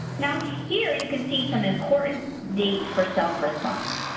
now, here you can see some important dates for self-response.